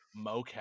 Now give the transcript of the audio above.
mocap